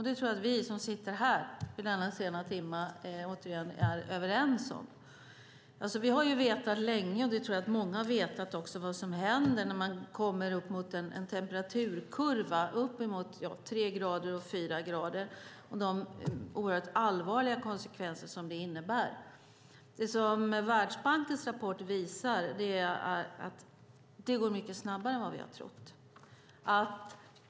Det tror jag att vi som sitter här, återigen vid denna sena timma, är överens om. Vi har vetat länge, och det tror jag också att många andra har vetat, vad som händer när man kommer till en temperaturkurva uppemot tre fyra grader med de oerhört allvarliga konsekvenser som det innebär. Det som Världsbankens rapport visar är att det går mycket snabbare än vad vi har trott.